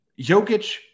Jokic